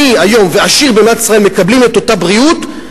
והיום עני ועשיר במדינת ישראל מקבלים את אותה בריאות,